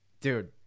Dude